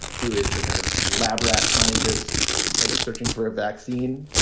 who is the kind of lab rat scientist like searching for a vaccine.